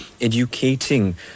educating